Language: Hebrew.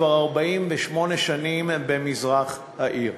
כבר 48 שנים במזרח העיר.